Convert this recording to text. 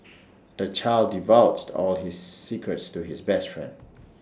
the child divulged all his secrets to his best friend